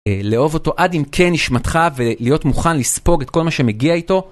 לאהוב אותו עד עמקי נשמתך ולהיות מוכן לספוג את כל מה שמגיע איתו.